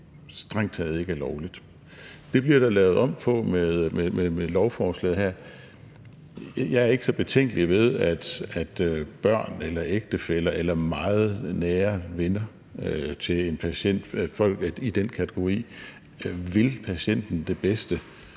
strengt taget ikke er lovligt. Det bliver der lavet om på med lovforslaget her. Jeg er ikke så betænkelig ved, at børn, ægtefæller eller meget nære venner til en patient – folk i den kategori – vil patienten det bedste